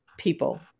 people